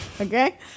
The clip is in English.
Okay